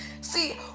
See